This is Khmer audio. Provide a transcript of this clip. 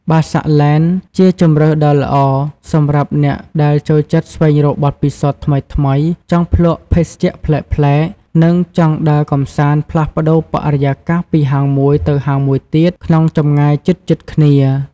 បាសាក់ ឡេន ជាជម្រើសដ៏ល្អសម្រាប់អ្នកដែលចូលចិត្តស្វែងរកបទពិសោធន៍ថ្មីៗ ចង់ភ្លក្សភេសជ្ជៈប្លែកៗ និងចង់ដើរកម្សាន្តផ្លាស់ប្តូរបរិយាកាសពីហាងមួយទៅហាងមួយទៀតក្នុងចម្ងាយជិតៗគ្នា។